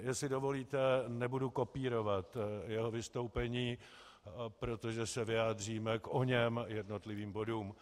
Jestli dovolíte, nebudu kopírovat jeho vystoupení, protože se vyjádříme k oněm jednotlivým bodům.